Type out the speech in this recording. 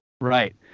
Right